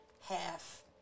half